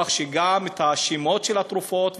כך שגם את השמות של התרופות,